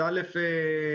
אז א',